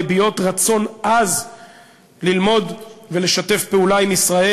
מביעות רצון עז ללמוד ולשתף פעולה עם ישראל.